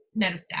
metastatic